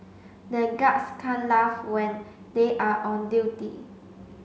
the guards can't laugh when they are on duty